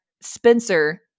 Spencer